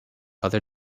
other